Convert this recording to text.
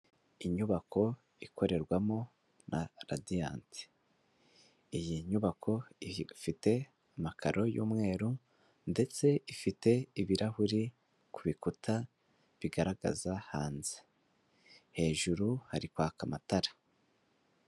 Inyubako ikorerwamo na radiyanti, iyi nyubako ifite amakaro y'umweru ndetse ifite ibirahuri ku rukuta bigaragaza hanze, hejuru hari kwaka amatara.